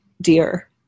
dear